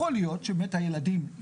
יכול להיות שבאמת הילדים,